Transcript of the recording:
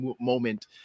moment